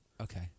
Okay